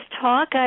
talk